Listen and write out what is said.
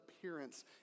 appearance